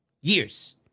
years